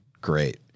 great